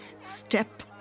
step